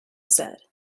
said